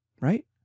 Right